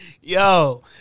yo